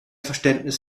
verständnis